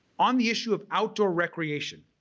on the issue of outdoor recreation